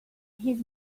his